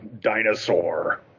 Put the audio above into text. dinosaur